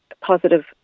positive